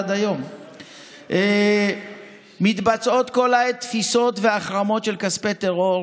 עד היום מתבצעות כל העת תפיסות והחרמות של כספי טרור,